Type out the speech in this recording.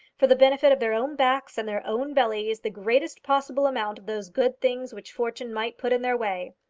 for the benefit of their own backs and their own bellies, the greatest possible amount of those good things which fortune might put in their way.